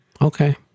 Okay